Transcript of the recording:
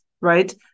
right